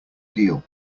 deal